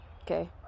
okay